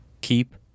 keep